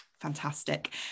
Fantastic